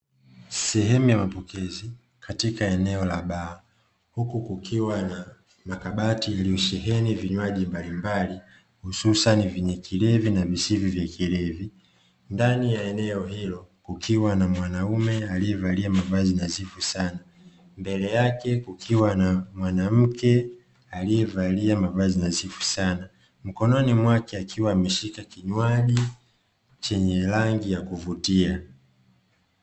Sehemu ya mapokezi katika eneo la baa huku kukiwa na makabati yaliyosheheni vinywaji mbalimbali, hususani vyenye kilevi na visivyo vya kilevi ndani ya eneo hilo kukiwa na mwanaume aliyevalia mavazi nadhifu sana, mbele yake kukiwa na mwanamke aliyevalia mavazi nadhifu sana mkononi mwake akiwa ameshika kinywaji chenye rangi ya kuvutia.